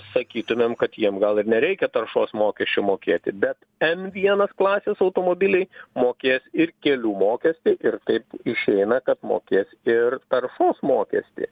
sakytumėm kad jiem gal ir nereikia taršos mokesčio mokėti bet n vienas klasės automobiliai mokės ir kelių mokestį ir taip išeina kad mokės ir taršos mokestį